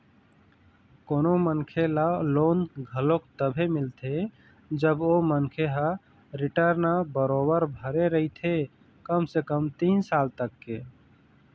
कोनो मनखे ल लोन घलोक तभे मिलथे जब ओ मनखे ह रिर्टन बरोबर भरे रहिथे कम से कम तीन साल तक के